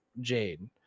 Jade